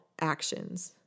actions